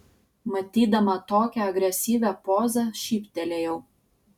matydama tokią agresyvią pozą šyptelėjau